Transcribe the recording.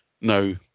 No